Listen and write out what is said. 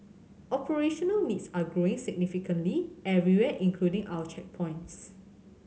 operational needs are growing significantly everywhere including our checkpoints